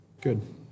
Good